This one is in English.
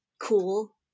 cool